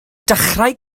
dechrau